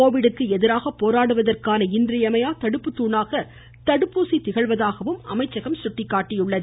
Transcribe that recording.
கோவிட்டுக்கு எதிராக போராடுவதற்கான இன்றிமையா தடுப்பு தூணாக தடுப்பூசி திகழ்வதாகவும் அமைச்சகம் எடுத்துரைத்துள்ளது